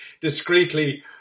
discreetly